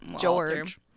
George